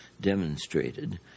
demonstrated